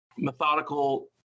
methodical